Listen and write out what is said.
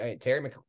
Terry